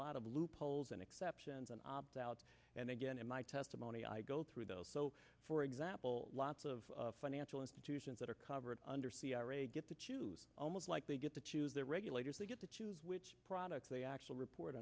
lot of loopholes and exceptions an opt out and again in my testimony i go through those so for example lots of financial institutions that are covered under c r a get to choose almost like they get to choose their regulators they get to choose which products they actual report